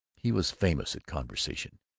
he was famous at conversation.